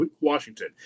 Washington